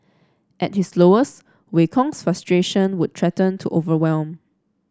at his lowest Wei Kong's frustration would threaten to overwhelm